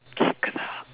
கேட்குதா:keetkuthaa